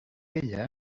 ella